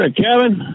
Kevin